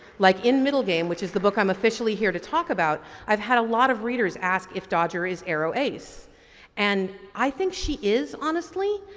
like in middle game which is the book i'm officially here to talk about i've had a lot of readers ask if dodger is arrow ace and i think she is honestly,